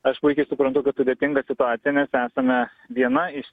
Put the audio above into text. aš puikiai suprantu kad sudėtinga situacija nes esame viena iš